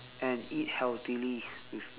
and eat healthily with me